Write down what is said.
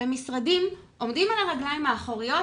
ומשרדים עומדים על הרגליים האחוריות